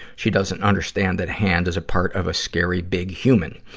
she doesn't understand that hand is part of a scary, big human.